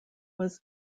was